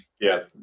Yes